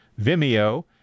Vimeo